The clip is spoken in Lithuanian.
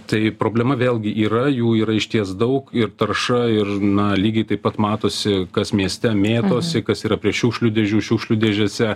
tai problema vėlgi yra jų yra išties daug ir tarša ir na lygiai taip pat matosi kas mieste mėtosi kas yra prie šiukšlių dėžių šiukšlių dėžėse